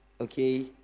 Okay